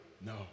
No